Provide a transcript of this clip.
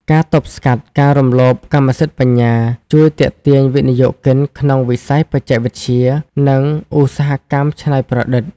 ការទប់ស្កាត់ការរំលោភកម្មសិទ្ធិបញ្ញា ជួយទាក់ទាញវិនិយោគិនក្នុងវិស័យបច្ចេកវិទ្យា និងឧស្សាហកម្មច្នៃប្រឌិត។